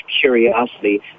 curiosity